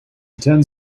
attend